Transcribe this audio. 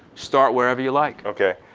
start wherever you like. okay,